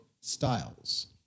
styles